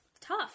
tough